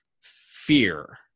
fear